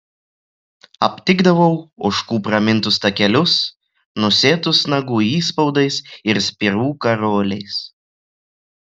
aptikdavau ožkų pramintus takelius nusėtus nagų įspaudais ir spirų karoliais